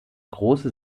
große